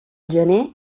gener